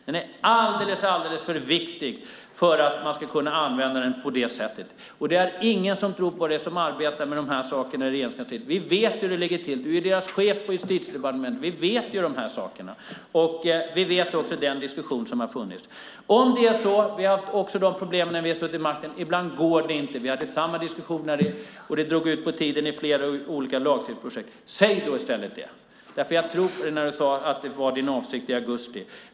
Den är alldeles för viktig för att man ska kunna använda den på det sättet. Det är ingen som tror på det som arbetar med de här sakerna i Regeringskansliet. Vi vet hur det ligger till. Du är deras chef på Justitiedepartementet. Vi känner till de här sakerna. Vi känner också till den diskussion som har funnits. Vi har också haft de problemen när vi har suttit vid makten. Ibland går det inte. Vi hade samma diskussion, och det drog ut på tiden i flera olika lagstiftningsprojekt. Säg då i stället det! Jag trodde på dig när du sade att det var din avsikt i augusti.